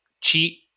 cheat